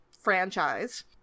franchise